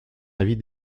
avis